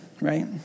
right